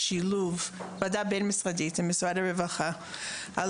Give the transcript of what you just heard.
ועדה בין-משרדית עם משרד הרווחה על